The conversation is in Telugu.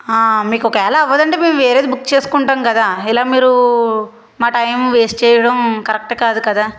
మీకు ఒకవేళ అవ్వదంటే మేము వేరేది బుక్ చేసుకుంటాం కదా ఇలా మీరు మా టైం వేస్ట్ చేయడం కరెక్ట్ కాదు కదా